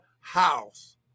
house